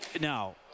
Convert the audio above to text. Now